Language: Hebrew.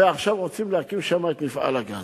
ועכשיו רוצים להקים שם את מפעל הגז.